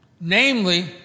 namely